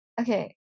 Okay